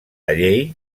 llei